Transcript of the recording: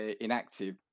inactive